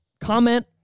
Comment